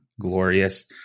glorious